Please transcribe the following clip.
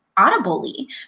audibly